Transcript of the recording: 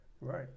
Right